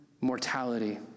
mortality